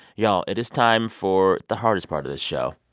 y'all, it is time for the hardest part of this show,